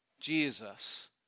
Jesus